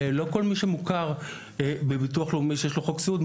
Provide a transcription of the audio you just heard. ולא כל מי שמוכר בביטוח לאומי כמי שיש לו חוק סיעוד,